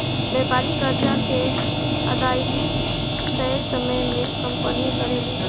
व्यापारिक कर्जा के अदायगी तय समय में कंपनी करेले